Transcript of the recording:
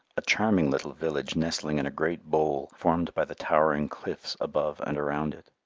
a charming little village nestling in a great bowl formed by the towering cliffs above and around it.